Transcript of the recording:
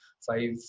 five